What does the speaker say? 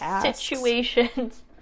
situations